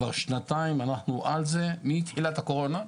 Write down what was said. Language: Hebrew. כבר שנתיים אנחנו על זה, מתחילת הקורונה.